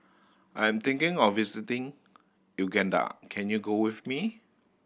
I'm thinking of visiting Uganda can you go with me